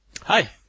Hi